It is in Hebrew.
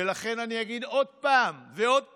ולכן אני אגיד עוד פעם ועוד פעם: